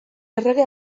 errege